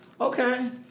Okay